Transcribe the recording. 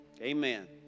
Amen